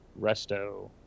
Resto